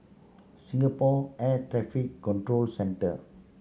Singapore Air Traffic Control Centre